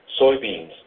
soybeans